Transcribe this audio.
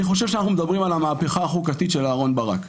אני חושב שאנחנו מדברים על המהפכה החוקתית של אהרון ברק.